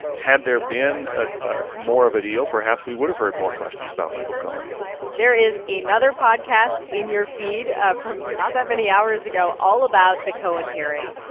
had there been a ah more of a deal, perhaps we would've heard more questions about michael cohen there is another podcast in your feed ah from not that many hours ago all about the cohen hearing.